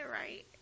right